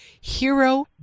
hero